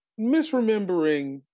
misremembering